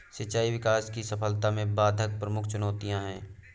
सिंचाई विकास की सफलता में बाधक प्रमुख चुनौतियाँ है